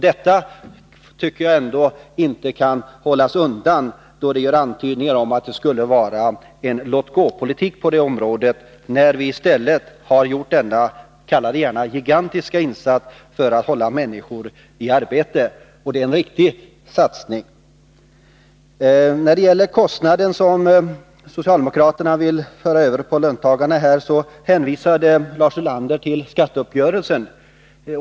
Jag tycker inte att detta skall döljas. Det görs här antydningar om att vi skulle föra en låtgåpolitik på detta område. I stället har vi gjort denna, som jag vill kalla det, gigantiska insats för att hålla människor i arbete. Det är en riktig satsning. När det gäller de kostnader som socialdemokraterna vill föra över till löntagarna hänvisade Lars Ulander till skatteuppgörelsen.